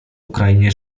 ukrainie